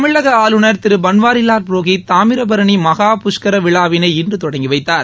தமிழக ஆளுநர் திரு பன்வாரிலால் புரோஹித் தாமிரபரணி மகாபுஷ்கர விழாவினை இன்று தொடங்கி வைத்தார்